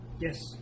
Yes